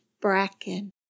bracken